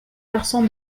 garçon